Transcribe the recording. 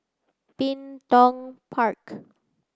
Bin Tong Park